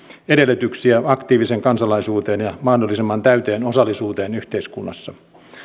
edellytyksiä aktiiviseen kansalaisuuteen ja mahdollisimman täyteen osallisuuteen yhteiskunnassa